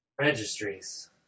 Registries